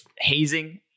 hazing